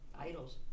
Idols